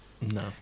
No